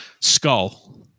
Skull